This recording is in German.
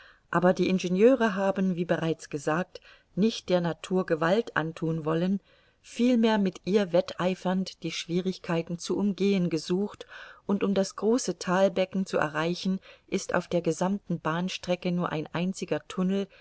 aber die ingenieure haben wie bereits gesagt nicht der natur gewalt anthun wollen vielmehr mit ihr wetteifernd die schwierigkeiten zu umgehen gesucht und um das große thalbecken zu erreichen ist auf der gesammten bahnstrecke nur ein einziger tunnel